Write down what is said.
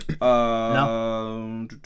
No